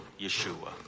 Yeshua